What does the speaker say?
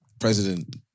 president